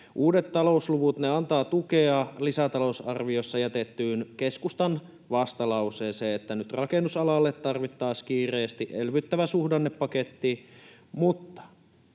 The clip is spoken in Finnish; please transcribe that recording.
Uudet talousluvut antavat tukea lisätalousarvioon jätettyyn keskustan vastalauseeseen, että nyt rakennusalalle tarvittaisiin kiireesti elvyttävä suhdannepaketti, mutta